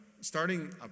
starting